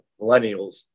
millennials